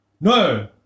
No